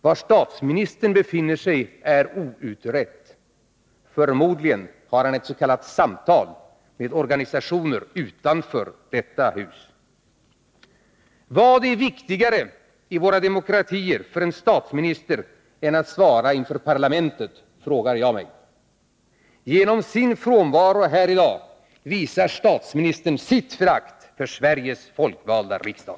Var statsministern befinner sig är outrett. Förmodligen har han ett s.k. samtal med organisationer utanför detta hus. Vad är viktigare i våra demokratier för en statsminister än att svara inför parlamentet? frågar jag mig. Genom sin frånvaro här i dag visar statsministern sitt förakt för Sveriges folkvalda riksdag.